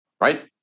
right